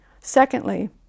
Secondly